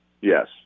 Yes